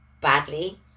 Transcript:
badly